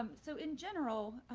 um so in general,